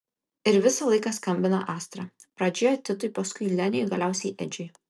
ir visą laiką skambina astra pradžioje titui paskui leniui galiausiai edžiui